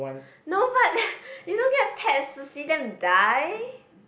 no but you don't get pets to see them die